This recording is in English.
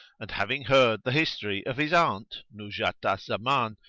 and, having heard the history of his aunt, nuzhat al zaman,